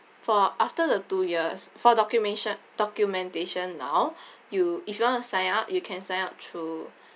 for after the two years for documation~ documentation now you if you want to sign up you can sign up through